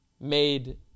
made